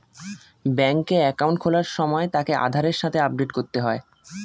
ব্যাঙ্কে একাউন্ট খোলার সময় তাকে আধারের সাথে আপডেট করতে হয়